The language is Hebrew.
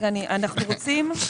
אנחנו רוצים לבקש,